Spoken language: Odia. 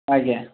ଆଜ୍ଞା